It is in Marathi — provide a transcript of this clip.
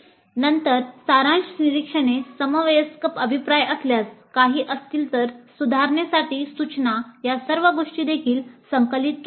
नंतर सारांश निरीक्षणे समवयस्क अभिप्राय असल्यास काही असतील तर सुधारणेसाठी सूचना या सर्व गोष्टी देखील संकलित केल्या आहेत